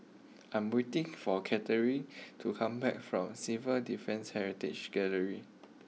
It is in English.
I am waiting for Katharyn to come back from Civil Defence Heritage Gallery